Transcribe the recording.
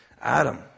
Adam